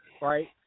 right